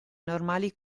normali